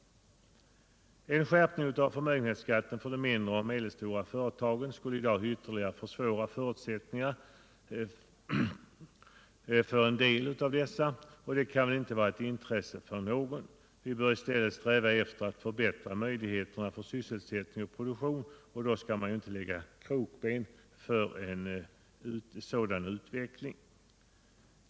En skärpning av förmögenhetsskatten för de mindre och medelstora företagen skulle i dag ytterligare försvåra förutsättningarna för en del av dessa, och det-kan inte vara ett intresse för någon. Vi bör väl i stället sträva efter att förbättra möjligheterna för sysselsättning och produktion, och då skall vi inte lägga krokben för en sådan utveckling.